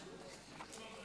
מוותר,